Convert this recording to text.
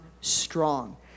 strong